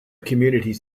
communities